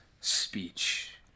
speech